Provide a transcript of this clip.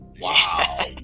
wow